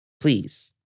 please